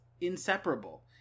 inseparable